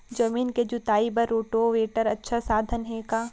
जमीन के जुताई बर रोटोवेटर अच्छा साधन हे का?